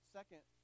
Second